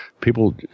People